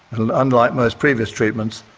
and unlike most previous treatments,